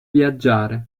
viaggiare